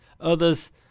Others